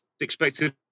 expected